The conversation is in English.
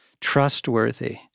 trustworthy